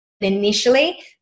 initially